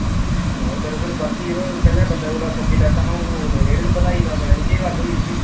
अच्छा ओह् दरअसल बाकी जरो पैह्लें बंदा कोला सब्जी लैंदा हा हून रेट गै बधाई दा पता निं केह् गल्ल होई उस्सी